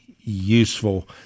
useful